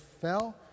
fell